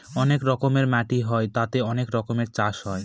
অনেক রকমের মাটি হয় তাতে অনেক রকমের চাষ হয়